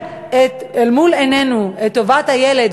לשים אל מול עינינו את טובת הילד,